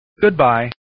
Goodbye